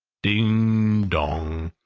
ding, dong!